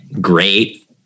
great